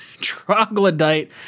troglodyte